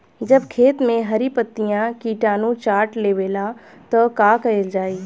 जब खेत मे हरी पतीया किटानु चाट लेवेला तऽ का कईल जाई?